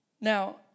Now